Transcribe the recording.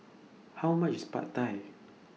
How much IS Pad Thai